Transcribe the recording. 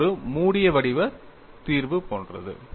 இது ஒரு மூடிய வடிவ தீர்வு போன்றது